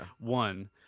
One